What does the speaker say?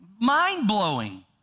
mind-blowing